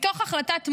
מתוך החלטת מודי'ס,